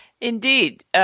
indeed